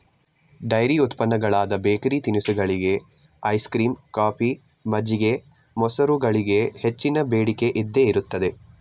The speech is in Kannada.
ಡೈರಿ ಉತ್ಪನ್ನಗಳಾದ ಬೇಕರಿ ತಿನಿಸುಗಳಿಗೆ, ಐಸ್ ಕ್ರೀಮ್, ಕಾಫಿ, ಮಜ್ಜಿಗೆ, ಮೊಸರುಗಳಿಗೆ ಹೆಚ್ಚಿನ ಬೇಡಿಕೆ ಇದ್ದೇ ಇರುತ್ತದೆ